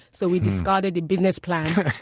so we discarded the business plan.